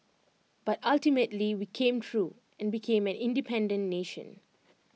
but ultimately we came through and became an independent nation